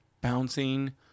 bouncing